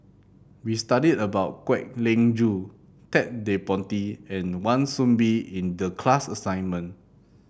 we studied about Kwek Leng Joo Ted De Ponti and Wan Soon Bee in the class assignment